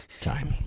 time